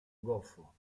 goffo